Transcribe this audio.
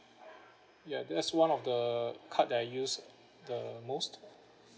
ya that's one of the card that I used the most